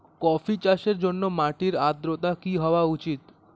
Coffee চাষের জন্য মাটির আর্দ্রতা কি হওয়া উচিৎ?